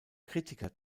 kritiker